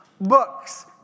books